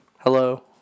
Hello